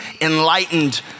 enlightened